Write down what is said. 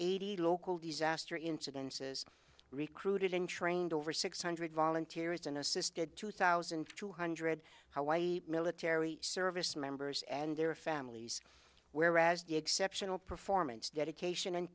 eighty local disaster incidences recruited and trained over six hundred volunteers and assisted two thousand two hundred howie military service members and their families whereas the exceptional performance dedication